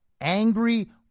angry